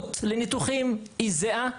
הזמינות לניתוחים היא זהה,